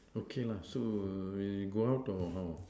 okay lah so we go out or how